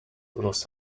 los